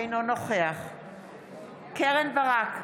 אינו נוכח קרן ברק,